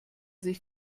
sich